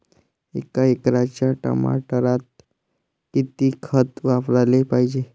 एका एकराच्या टमाटरात किती खत वापराले पायजे?